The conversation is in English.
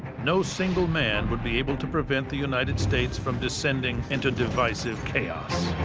no single man would be able to prevent the united states from descending into divisive chaos.